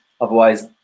Otherwise